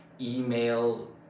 email